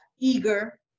eager